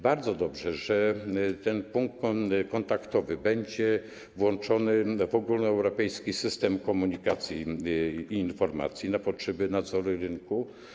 Bardzo dobrze, że ten punkt kontaktowy będzie włączony w ogólnoeuropejski system komunikacji i informacji na potrzeby nadzoru rynku.